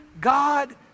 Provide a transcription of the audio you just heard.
God